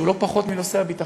שהוא לא פחות מנושא הביטחון.